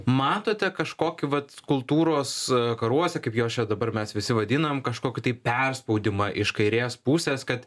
matote kažkokį vat kultūros karuose kaip juos čia dabar mes visi vadinam kažkokį tai perspaudimą iš kairės pusės kad